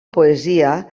poesia